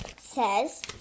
says